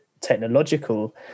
technological